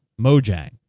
Mojang